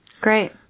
Great